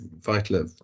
vital